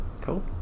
Cool